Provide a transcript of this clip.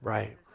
Right